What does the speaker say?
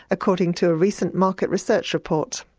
according to a recent market research report.